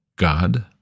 God